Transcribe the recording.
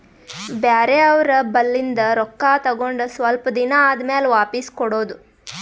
ಬ್ಯಾರೆ ಅವ್ರ ಬಲ್ಲಿಂದ್ ರೊಕ್ಕಾ ತಗೊಂಡ್ ಸ್ವಲ್ಪ್ ದಿನಾ ಆದಮ್ಯಾಲ ವಾಪಿಸ್ ಕೊಡೋದು